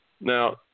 Now